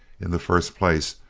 in the first place,